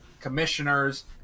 commissioners